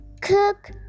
Cook